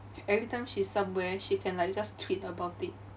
every time she's somewhere she can like just tweet about it